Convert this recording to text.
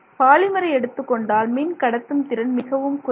பாலிமரை எடுத்துக்கொண்டால் மின்கடத்தும் திறன் மிகவும் குறைவு